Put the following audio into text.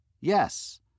Yes